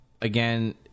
again